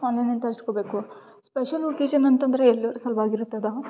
ಆನ್ಲೈನಲ್ಲಿ ತರಿಸ್ಕೋಬೇಕು special location ಅಂತಂದರೆ ಎಲ್ಲರ ಸಲ್ವಾಗಿ ಇರ್ತದೆ